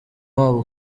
wabo